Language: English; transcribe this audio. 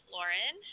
Lauren